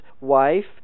wife